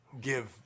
give